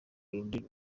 rundi